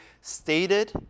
stated